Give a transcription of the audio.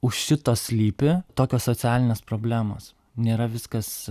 už šito slypi tokios socialinės problemos nėra viskas